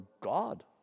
God